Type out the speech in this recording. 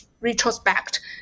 retrospect